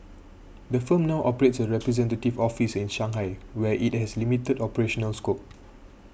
the firm now operates a representative office in Shanghai where it has limited operational scope